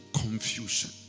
confusion